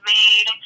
made